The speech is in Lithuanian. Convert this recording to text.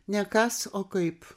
ne kas o kaip